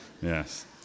yes